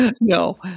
no